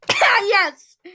Yes